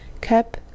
cap